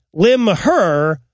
Limher